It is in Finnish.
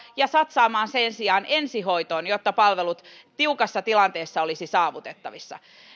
ja satsaamaan sen sijaan ensihoitoon jotta palvelut tiukassa tilanteessa olisivat saavutettavissa